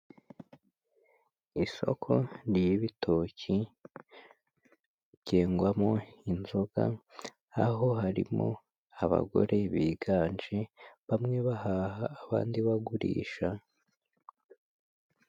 Isoko ririmo ibitoki byengwamo inzoga, aho harimo abagore biganje bamwe bahaha abandi bagurisha.